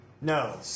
No